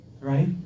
right